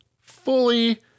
Fully